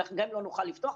אנחנו גם לא נוכל לפתוח,